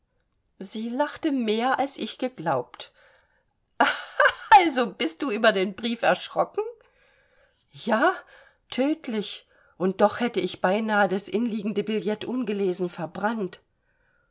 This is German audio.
sie lachte mehr als ich geglaubt also bist du über den brief erschrocken ja tödlich und doch hätte ich beinahe das inliegende billet ungelesen verbrannt